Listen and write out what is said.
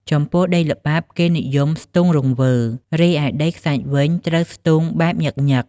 ចំពោះដីល្បាប់គេនិយមស្ទូងរង្វើល រីឯដីខ្សាច់វិញត្រូវស្ទូងបែបញឹកៗ។